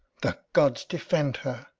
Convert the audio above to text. the gods defend her!